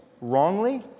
wrongly